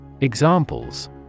Examples